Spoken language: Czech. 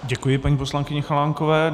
Děkuji paní poslankyni Chalánkové.